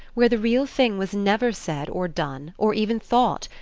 where the real thing was never said or done or even thought,